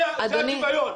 שוויון.